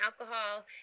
alcohol